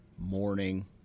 Morning